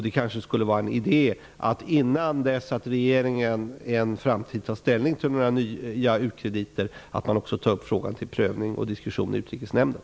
Det kanske skulle vara en idé, innan regeringen i framtiden tar ställning till nya u-krediter, att ta upp frågan till prövning och diskussion i Utrikesnämnden.